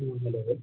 हँ हैलो